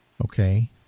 Okay